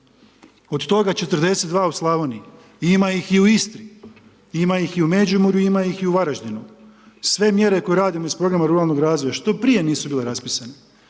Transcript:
Od toga 42 u Slavoniji. Ima ih i u Istri. Ima ih i u Međimurju, ima ih i u Varaždinu. Sve mjere koje radimo iz programa ruralnog razvoja što prije nisu bile raspisane?